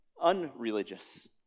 unreligious